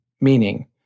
meaning